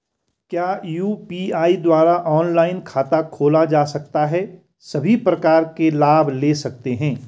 क्या यु.पी.आई द्वारा ऑनलाइन खाता खोला जा सकता है सभी प्रकार के लाभ ले सकते हैं?